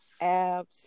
abs